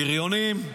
הבריונים.